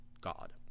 God